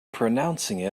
pronouncing